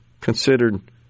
considered